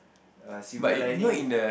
a silver lining